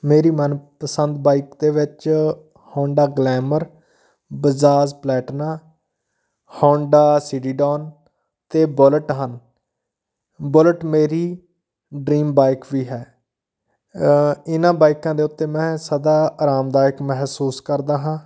ਮੇਰੀ ਮਨ ਪਸੰਦ ਬਾਈਕ ਦੇ ਵਿੱਚ Honda Glamour Bajaj Platina Honda C D Dawn ਅਤੇ ਬੁਲੇਟ ਹਨ ਬੁਲੇਟ ਮੇਰੀ ਡਰੀਮ ਬਾਈਕ ਵੀ ਹੈ ਇਹਨਾਂ ਬਾਈਕਾਂ ਦੇ ਉੱਤੇ ਮੈਂ ਸਦਾ ਆਰਾਮਦਾਇਕ ਮਹਿਸੂਸ ਕਰਦਾ ਹਾਂ